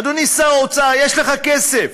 אדוני שר האוצר, יש לך כסף.